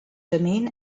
domain